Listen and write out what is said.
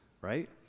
right